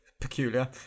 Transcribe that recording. peculiar